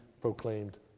proclaimed